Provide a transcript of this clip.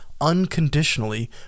unconditionally